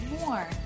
more